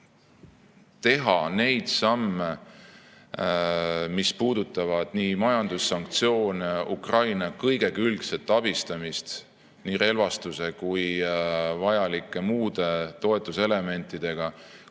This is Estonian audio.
teha neid samme, mis puudutavad nii majandussanktsioone kui ka Ukraina kõigekülgset abistamist relvastuse ja vajalike muude toetuselementidega,